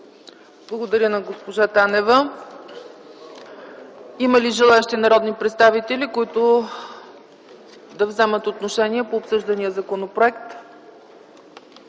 Благодаря на госпожа Танева. Има ли желаещи народни представители, които да вземат отношение по обсъждания законопроект?